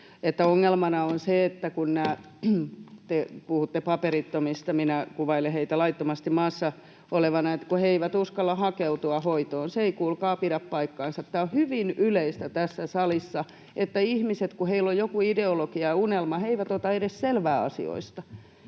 ongelmana on se, että nämä — te puhutte paperittomista, minä kuvailen heitä laittomasti maassa oleviksi — eivät uskalla hakeutua hoitoon. Se ei, kuulkaa, pidä paikkaansa. Tämä on hyvin yleistä tässä salissa, että ihmiset, kun heillä on joku ideologia ja unelma, eivät ota edes selvää asioista.